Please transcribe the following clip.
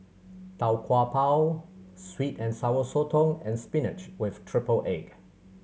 Tau Kwa Pau sweet and Sour Sotong and spinach with triple egg